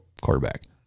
quarterback